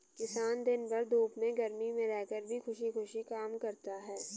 किसान दिन भर धूप में गर्मी में रहकर भी खुशी खुशी काम करता है